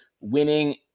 winning